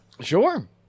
Sure